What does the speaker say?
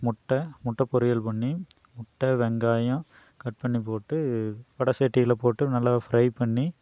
முட்டை முட்டை பொரியல் பண்ணி முட்டை வெங்காயம் கட் பண்ணி போட்டு வடை சட்டியில போட்டு நல்லா ஃப்ரை பண்ணி